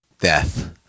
death